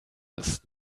ist